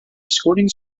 escorting